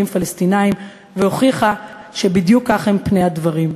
פלסטינים והוכיחה שבדיוק כך הם פני הדברים.